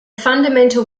fundamental